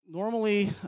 Normally